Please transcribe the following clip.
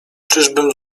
czyżbym